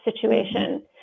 situation